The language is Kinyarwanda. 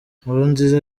nkurunziza